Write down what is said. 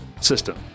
system